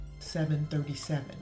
7.37